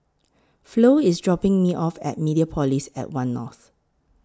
Flo IS dropping Me off At Mediapolis At one North